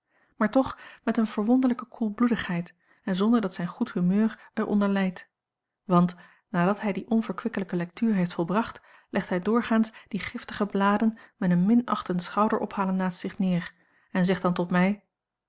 maar toch met eene verwonderlijke koelbloedigheid en zonder dat zijn goed humeur er onder lijdt want nadat hij die onverkwikkelijke lectuur heeft volbracht legt hij doorgaans die giftige bladen met een minachtend schouderophalen naast zich neer en zegt dan tot mij